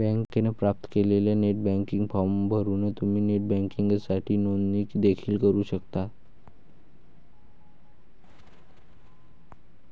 बँकेने प्राप्त केलेला नेट बँकिंग फॉर्म भरून तुम्ही नेट बँकिंगसाठी नोंदणी देखील करू शकता